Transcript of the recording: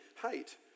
height